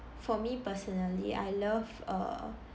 for me personally I love err